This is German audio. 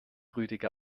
rüdiger